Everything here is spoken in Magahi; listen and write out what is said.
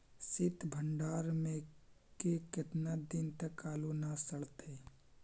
सित भंडार में के केतना दिन तक आलू न सड़तै?